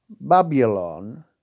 Babylon